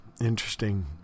interesting